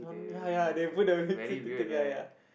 ya ya they put the ya ya